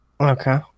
Okay